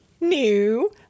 new